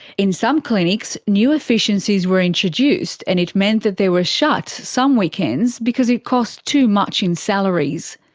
in some clinics, new efficiencies were introduced and it meant that they were shut some weekends because it cost too much in salaries.